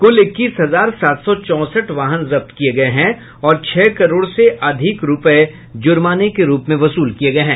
कुल इक्कीस हजार सात सौ चौंसठ वाहन जब्त किए गए हैं और छह करोड़ से अधिक रुपए जुर्माने के रूप में वसूल किए गए हैं